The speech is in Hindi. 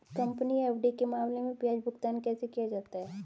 कंपनी एफ.डी के मामले में ब्याज भुगतान कैसे किया जाता है?